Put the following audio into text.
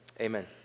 Amen